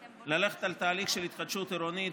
היא ללכת על תהליך של התחדשות עירונית,